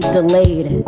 delayed